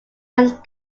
length